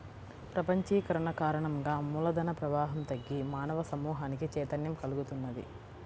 ప్రపంచీకరణ కారణంగా మూల ధన ప్రవాహం తగ్గి మానవ సమూహానికి చైతన్యం కల్గుతున్నది